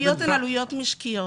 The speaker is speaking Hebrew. העלויות הן עלויות משקיות.